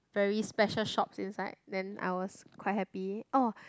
very special shops inside then I was quite happy oh